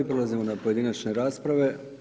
Prelazimo na pojedinačne rasprave.